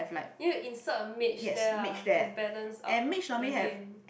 you need to insert a mage there lah to balance out the game